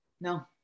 no